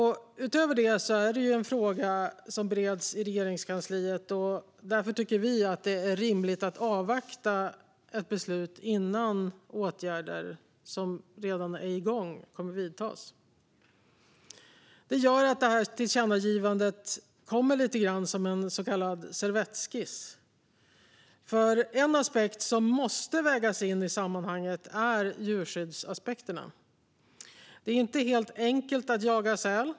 Utöver detta är det här en fråga som bereds i Regeringskansliet. Vi tycker därför att det är rimligt att avvakta ett beslut innan man vidtar åtgärder som redan är på gång. Detta gör att tillkännagivandet kommer lite som en så kallad servettskiss. En aspekt som måste vägas in i sammanhanget är djurskyddsaspekten. Det är inte helt enkelt att jaga säl.